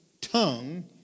tongue